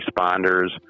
responders